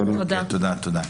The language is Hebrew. תודה.